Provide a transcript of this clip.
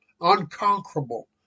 unconquerable